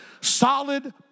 solid